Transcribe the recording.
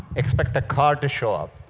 expect a car to show up.